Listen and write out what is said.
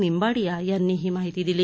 निंबाडिया यांनी ही माहिती दिली